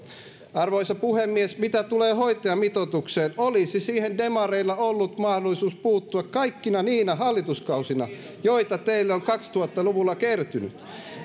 arvoisa puhemies mitä tulee hoitajamitoitukseen olisi siihen demareilla ollut mahdollisuus puuttua kaikkina niinä hallituskausina joita teille on kaksituhatta luvulla kertynyt